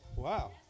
Wow